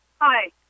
hi